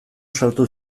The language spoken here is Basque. sartu